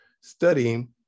studying